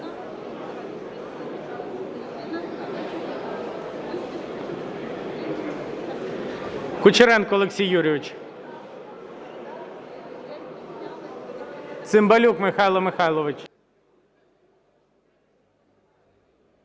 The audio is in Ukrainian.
Кучеренко Олексій Юрійович. Цимбалюк Михайло Михайлович.